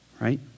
right